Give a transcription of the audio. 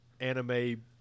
anime